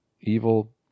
Evil